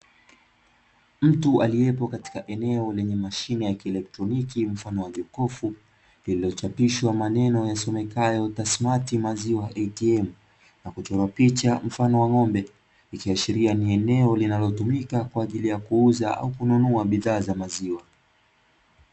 Mtu aliyepo kwenye mashine ya kielektroniki mfano wa jokofu, lililochapishwa maneno yasomekayo tasimati maziwa eitiemu na kuchorwa picha mfano wa ng'ombe, likishiria ni eneo linalotumika kuuza ama kununua bidhaa za maziwa.